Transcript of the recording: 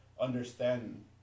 understand